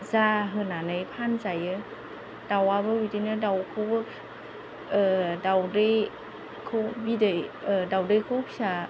जाहोनानै फानजायो दाउआबो बिदिनो दाउखौबो दाउदैखौ बिदै दाउदैखौ फिसा